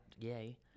Yay